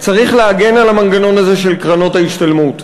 צריך להגן על המנגנון הזה של קרנות ההשתלמות,